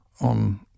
on